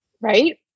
right